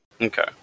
Okay